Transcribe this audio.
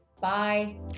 Bye